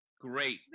Great